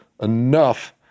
enough